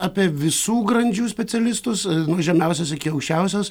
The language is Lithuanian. apie visų grandžių specialistus nuo žemiausios iki aukščiausios